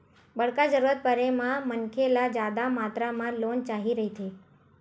बड़का जरूरत परे म मनखे ल जादा मातरा म लोन चाही रहिथे